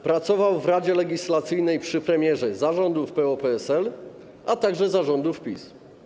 Pracował w Radzie Legislacyjnej przy premierze za rządów PO-PSL, a także za rządów PiS.